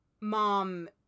mom